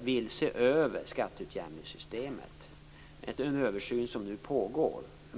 vill också se över skatteutjämningssystemet. Det är en översyn som nu pågår.